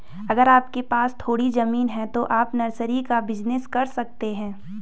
अगर आपके पास थोड़ी ज़मीन है तो आप नर्सरी का बिज़नेस कर सकते है